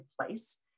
place